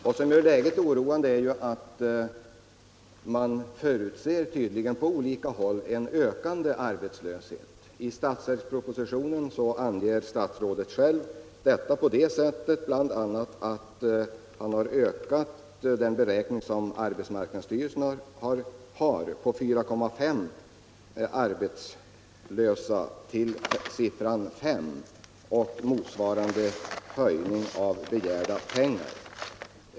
Vad som gör läget oroande är att man tydligen på olika håll förutser en ökande arbetslöshet. I budgetpropositionen anger statsrådet själv detta bl.a. på det sättet att han ökar den av arbetsmarknadsstyrelsen beräknade siffran ersättningsdagen per årsmedlem i arbetslöshetskassa till 5,5 och föreslår motsvarande höjning av begärt anslag.